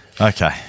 Okay